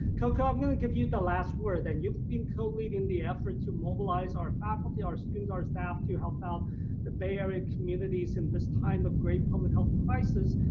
coco i'm gonna give you the last word, that you've been coleading the effort to mobilize our faculty, our students, and our staff to help out the bay area communities in this time of great public health crisis.